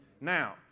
Now